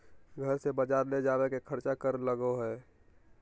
घर से बजार ले जावे के खर्चा कर लगो है?